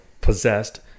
possessed